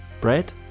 Bread